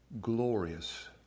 glorious